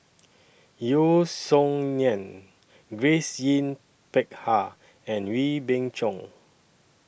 Yeo Song Nian Grace Yin Peck Ha and Wee Beng Chong